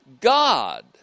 God